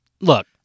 Look